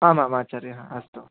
आमाम् आचार्याः अस्तु